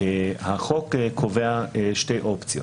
החוק קובע שתי אופציות.